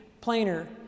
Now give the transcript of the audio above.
plainer